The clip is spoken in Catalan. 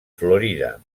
florida